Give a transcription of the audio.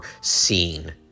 seen